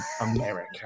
America